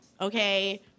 Okay